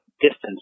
distance